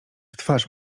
twarz